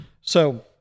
So-